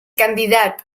candidat